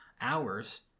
hours